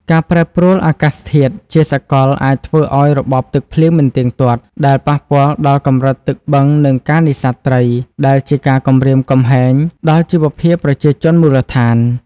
ការប្រែប្រួលអាកាសធាតុជាសកលអាចធ្វើឱ្យរបបទឹកភ្លៀងមិនទៀងទាត់ ដែលប៉ះពាល់ដល់កម្រិតទឹកបឹងនិងការនេសាទត្រី ដែលជាការគំរាមកំហែងដល់ជីវភាពប្រជាជនមូលដ្ឋាន។